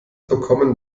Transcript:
bekommen